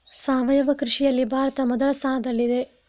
ಸಾವಯವ ಕೃಷಿಯಲ್ಲಿ ಭಾರತ ಮೊದಲ ಸ್ಥಾನದಲ್ಲಿದೆ